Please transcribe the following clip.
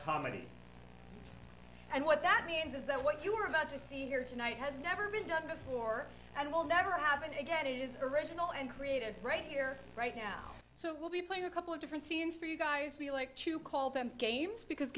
comedy and what that means is that what you're about to see here tonight has never been done before and will never happen to get is original and creative right here right now so we'll be playing a couple of different scenes for you guys we like to call them games because